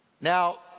Now